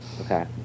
Okay